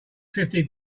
fifty